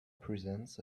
presents